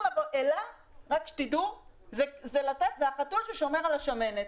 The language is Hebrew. אל"ה זה החתול ששומר על השמנת.